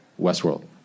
Westworld